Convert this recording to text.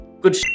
good